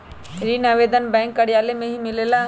ऋण आवेदन बैंक कार्यालय मे ही मिलेला?